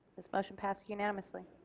this motion passed unanimously.